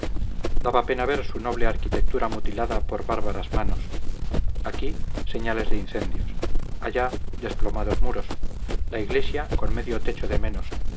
daba pena ver su noble arquitectura mutilada por bárbaras manos aquí señales de incendios allá desplomados muros la iglesia con medio techo de menos